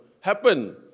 happen